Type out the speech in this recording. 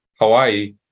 Hawaii